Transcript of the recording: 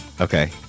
okay